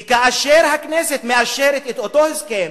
וכאשר הכנסת מאשרת את אותו הסכם